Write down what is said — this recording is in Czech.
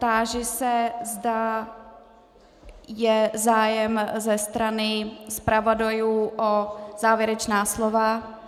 Táži se, zda je zájem ze strany zpravodajů o závěrečná slova.